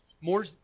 more